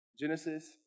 Genesis